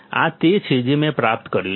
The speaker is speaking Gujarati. આ તે છે જે મેં પ્રાપ્ત કર્યું છે